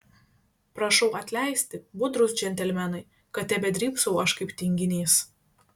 prašau atleisti budrūs džentelmenai kad tebedrybsau aš kaip tinginys